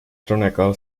donegal